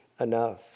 enough